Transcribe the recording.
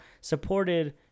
supported